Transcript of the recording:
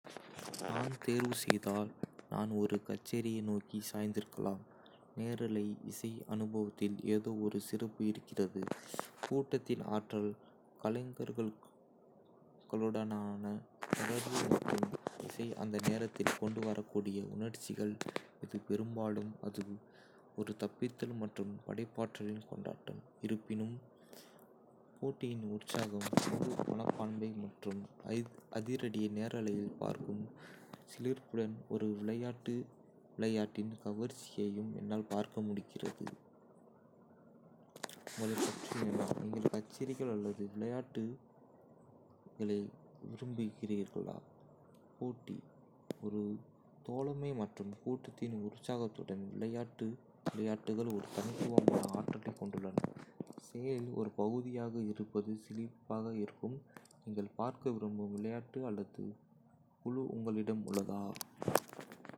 நான் தேர்வு செய்தால், நான் ஒரு கச்சேரியை நோக்கி சாய்ந்திருக்கலாம். இசை அனுபவத்தில் ஏதோ ஒரு சிறப்பு இருக்கிறது—கூட்டத்தின் ஆற்றல், கலைஞர்களுடனான தொடர்பு மற்றும் இசை அந்த நேரத்தில் கொண்டு வரக்கூடிய உணர்ச்சிகள். இது பெரும்பாலும் ஒரு தப்பித்தல் மற்றும் படைப்பாற்றலின் கொண்டாட்டம். இருப்பினும், போட்டியின் உற்சாகம், குழு மனப்பான்மை மற்றும் அதிரடியை நேரலையில் பார்க்கும் சிலிர்ப்புடன் ஒரு விளையாட்டு விளையாட்டின் கவர்ச்சியையும் என்னால் பார்க்க முடிகிறது. உங்களைப் பற்றி என்ன - நீங்கள் கச்சேரிகள் அல்லது விளையாட்டு விளையாட்டுகளை விரும்புகிறீர்களா. போட்டி, குழு தோழமை மற்றும் கூட்டத்தின் உற்சாகத்துடன் விளையாட்டு விளையாட்டுகள் ஒரு தனித்துவமான ஆற்றலைக் கொண்டுள்ளன. செயலின் ஒரு பகுதியாக இருப்பது சிலிர்ப்பாக இருக்கும். நீங்கள் பார்க்க விரும்பும் விளையாட்டு அல்லது குழு உங்களிடம் உள்ளதா.